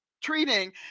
treating